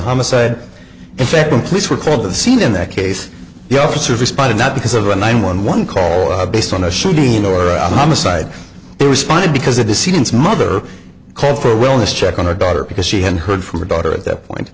homicide and second place were called to the scene in that case the officer responded not because of the nine one one call based on a shooting or a homicide he responded because of the scenes mother called for a wellness check on her daughter because she hadn't heard from her daughter at that point